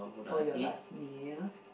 for your last meal